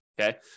okay